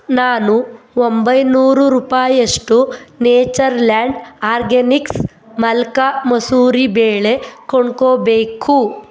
ನಾನು ಒಂಬೈನೂರು ರೂಪಾಯಷ್ಟು ನೇಚರ್ ಲ್ಯಾಂಡ್ ಆರ್ಗ್ಯಾನಿಕ್ಸ್ ಮಲ್ಕಾ ಮಸೂರಿ ಬೇಳೆ ಕೊಂಡುಕೋಬೇಕು